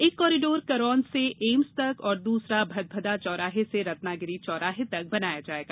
एक कॉरीडोर करोंद से एम्स तक और दूसरा भदभदा चौराहे से रत्नागिरि चौराहे तक बनाया जायेगा